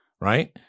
right